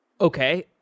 Okay